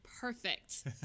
perfect